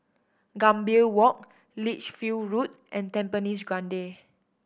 Gambir Walk Lichfield Road and Tampines Grande